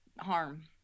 harm